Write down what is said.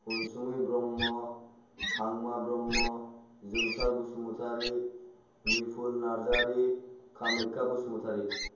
अनसुमै ब्रह्म हांमा ब्रह्म जोंसार बसुमतारी निफुल नार्जारी कामाख्या बसुमतारी